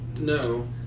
no